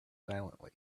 silently